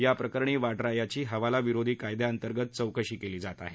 या प्रकरणी वाड्रा याची हवाला विरोधी कायद्याअंतर्गत चौकशी केली जात आहे